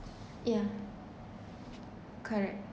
yeah correct